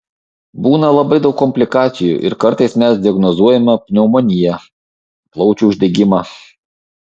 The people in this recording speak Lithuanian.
būna labai daug komplikacijų ir kartais mes diagnozuojame pneumoniją plaučių uždegimą